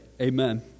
amen